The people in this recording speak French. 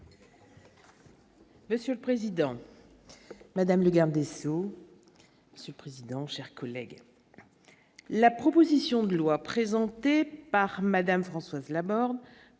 Monsieur le Président, Madame le garde des Sceaux, ce président, chers collègues, la proposition de loi présentée par Madame Françoise Laborde